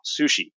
sushi